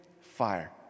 Fire